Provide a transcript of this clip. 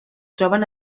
troben